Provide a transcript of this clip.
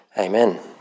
Amen